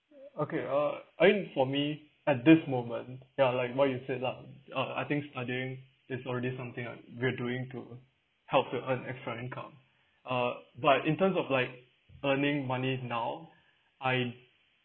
okay uh I think for me at this moment ya like what you said lah uh I think studying is already something I we're doing to help to earn extra income uh but in terms of like earning money now I